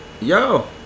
yo